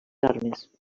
armes